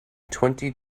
twenty